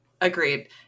agreed